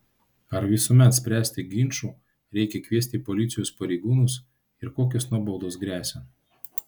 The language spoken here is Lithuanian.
ar visuomet spręsti ginčų reikia kviesti policijos pareigūnus ir kokios nuobaudos gresia